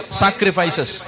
sacrifices